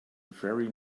very